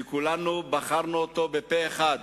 שכולנו בחרנו אותו פה-אחד,